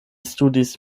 studis